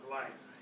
life